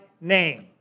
name